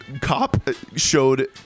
cop-showed